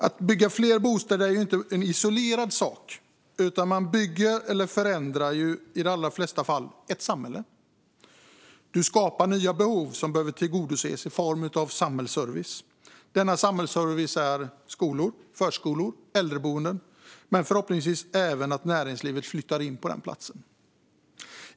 Att bygga fler bostäder är inte en isolerad sak, utan man bygger eller förändrar i de allra flesta fall ett samhälle. Man skapar nya behov som behöver tillgodoses i form av samhällsservice. Denna samhällsservice är skolor, förskolor, äldreboenden och förhoppningsvis även att näringslivet flyttar in på platsen.